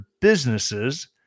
businesses